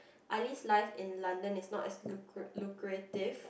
ali's life in London is not as lucra~ lucrative